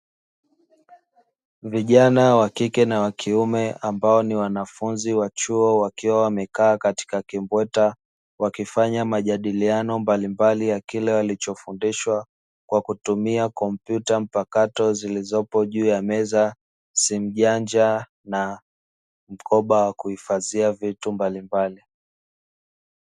Vijana wa kike na wa kiume ambao ni wanafunzi wa chuo wakiwa wamekaa katika kimbwata wakifanya majadiliano mbalimbali ya kile walichofundishwa kwa kutumia kompyuta mpakato zilizopo juu ya meza simu janja na mkoba wa kuhifadhia vitu mbalimbali.